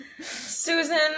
Susan